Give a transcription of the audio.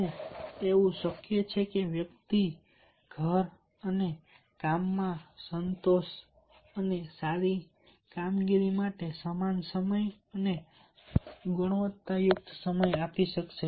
શું એવું શક્ય છે કે વ્યક્તિ ઘર અને કામમાં સંતોષ અને સારી કામગીરી માટે સમાન સમય ગુણવત્તાયુક્ત સમય આપી શકશે